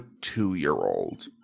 two-year-old